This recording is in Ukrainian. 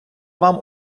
вам